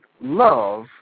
love